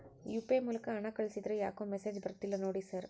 UPI ಮೂಲಕ ಹಣ ಕಳಿಸಿದ್ರ ಯಾಕೋ ಮೆಸೇಜ್ ಬರ್ತಿಲ್ಲ ನೋಡಿ ಸರ್?